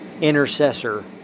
intercessor